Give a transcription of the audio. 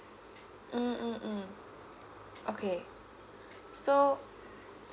mm okay so